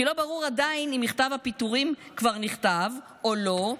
כי עדיין לא ברור אם מכתב הפיטורים כבר נכתב או לא,